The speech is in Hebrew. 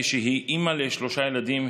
כשהיא אימא לשלושה ילדים,